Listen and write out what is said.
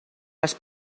les